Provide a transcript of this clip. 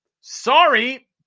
sorry